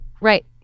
right